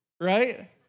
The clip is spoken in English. right